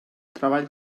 treball